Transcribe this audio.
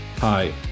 Hi